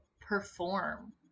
perform